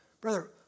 brother